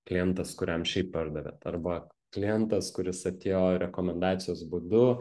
klientas kuriam šiaip pardavėt arba klientas kuris atėjo rekomendacijos būdu